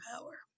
power